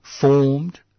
formed